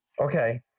Okay